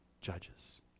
Judges